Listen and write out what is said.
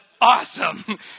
awesome